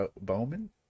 Bowman